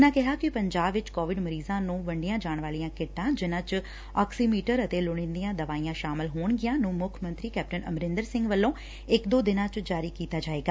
ਉਨ੍ਹਾਂ ਕਿਹਾ ਕਿ ਪੰਜਾਬ ਵਿਚ ਕੋਵਿਡ ਮਰੀਜ਼ਾਂ ਨੂੰ ਵੰਡੀਆਂ ਜਾਣ ਵਾਲੀਆਂ ਕਿੱਟਾਂ ਜਿਨਾਂ ਚ ਆਕਸੀਮਿਟਰ ਅਤੇ ਲੋਤੀਂਦੀਆਂ ਦਵਾਈਆਂ ਸ਼ਾਮਲ ਹੋਣਗੀਆਂ ਨੂੰ ਮੁੱਖ ਮੰਤਰੀ ਕੈਪਟਨ ਅਮਰਿੰਦਰ ਸਿੰਘ ਵੱਲੋਂ ਇਕ ਦੋ ਦਿਨਾਂ ਚ ਜਾੀ ਕੀਤਾ ਜਾਏਗਾ